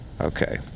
Okay